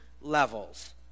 levels